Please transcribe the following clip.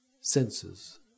senses